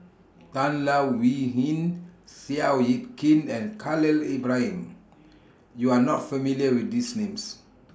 Tan Leo Wee Hin Seow Yit Kin and Khalil Ibrahim YOU Are not familiar with These Names